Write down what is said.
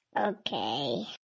Okay